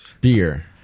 Beer